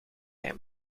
hij